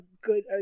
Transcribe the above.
good